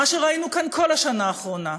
מה שראינו כאן כל השנה האחרונה,